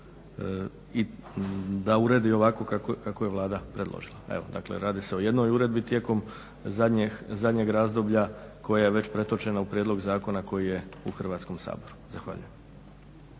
da uredi ovako kako je Vlada predložila. Evo, dakle radi se o jednoj uredbi tijekom zadnjeg razdoblja koja već pretočena u prijedlog zakona koji je u Hrvatskom saboru. Zahvaljujem.